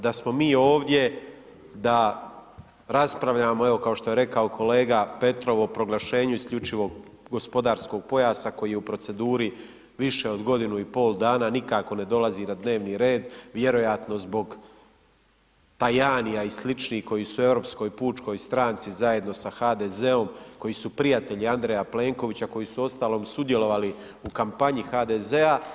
Da smo mi ovdje da raspravljamo, evo, kao što je rekao kolega Petrov, o proglašenju isključivo gospodarskog pojasa koji je u proceduri više od godinu i pol dana, nikako ne dolazi na dnevni red. vjerojatno zbog Tajanija i sl. koji su u Europskoj pučkoj stranci zajedno sa HDZ-om koji su prijatelji Andreja Plenkovića, koji su uostalom sudjelovali u kampanju HDZ-a.